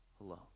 alone